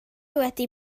wedi